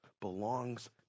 belongs